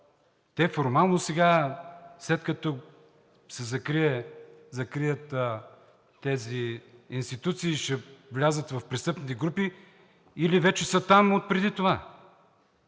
Те формално сега, след като се закрият тези институции, ще влязат в престъпните групи или вече са там отпреди това?